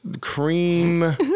cream